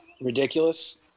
ridiculous